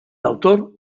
autor